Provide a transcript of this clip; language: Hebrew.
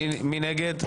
מי נגד?